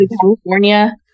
California